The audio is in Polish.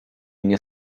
nie